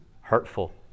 hurtful